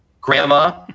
grandma